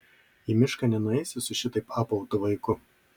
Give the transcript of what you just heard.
į mišką nenueisi su šitaip apautu vaiku